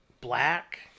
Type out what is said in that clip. black